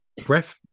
breath